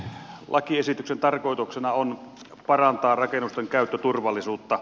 lakiesityksen tarkoituksena on parantaa rakennusten käyttöturvallisuutta